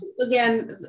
again